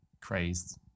crazed